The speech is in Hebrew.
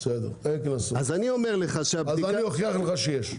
אז אני אוכיח לך שיש.